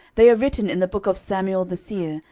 they are written in the book of samuel the seer,